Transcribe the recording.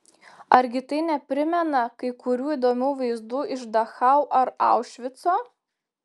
argi tai neprimena kai kurių įdomių vaizdų iš dachau ir aušvico